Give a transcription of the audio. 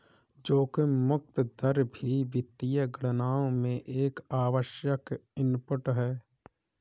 जोखिम मुक्त दर भी वित्तीय गणनाओं में एक आवश्यक इनपुट है